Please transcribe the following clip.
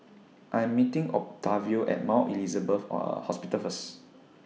I Am meeting Octavio At Mount Elizabeth Or A Hospital First